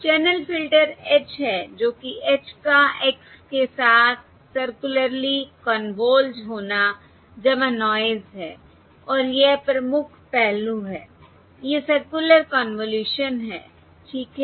channel filter h है जो कि h का x के साथ सर्कुलरली कन्वॉल्वड होना नॉयस है और यह प्रमुख पहलू है यह सर्कुलर कन्वॉल्यूशन है ठीक है